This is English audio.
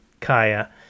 Kaya